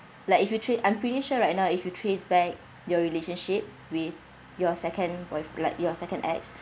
like if you trac~ I'm pretty sure right now if you trace back your relationship with your second boyfr~ like your second ex